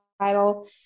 title